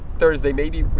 thursday maybe. we'll